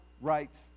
rights